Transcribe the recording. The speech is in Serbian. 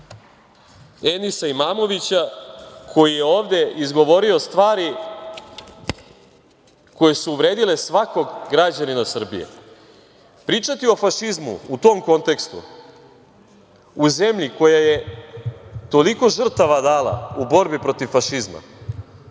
Enisa Imamovića, koji je ovde izgovorio stvari koje su uvredile svakog građanina Srbije. Pričati o fašizmu u tom kontekstu u zemlji koja je toliko žrtava dala u borbi protiv fašizma